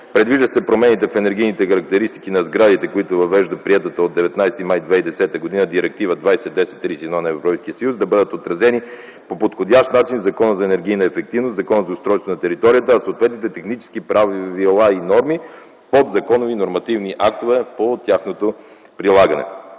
Предвижда се промените в енергийните характеристики на сградите, които въвежда приетата от 19 май 2010 г. Директива 2010/31 на Европейския съюз да бъдат отразени по подходящ начин в Закона за енергийна ефективност, в Закона за устройство на територията и чрез съответните технически правила и норми в подзаконовите нормативни актове по тяхното прилагане.